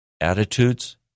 attitudes